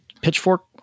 pitchfork